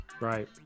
right